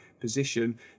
position